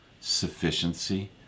sufficiency